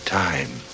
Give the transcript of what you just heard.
time